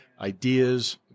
ideas